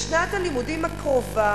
בשנת הלימודים הקרובה,